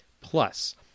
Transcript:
Plus